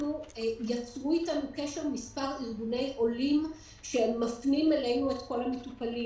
יצרו אתנו קשר מספר ארגוני עולים שמפנים אלינו את כל המטופלים.